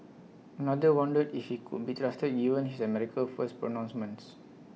another wondered if he could be trusted given his America First pronouncements